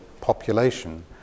population